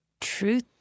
Truth